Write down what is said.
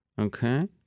okay